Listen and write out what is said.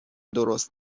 درست